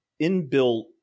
inbuilt